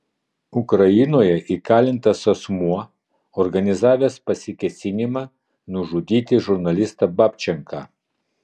ukrainoje įkalintas asmuo organizavęs pasikėsinimą nužudyti žurnalistą babčenką